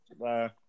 Bye